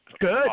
Good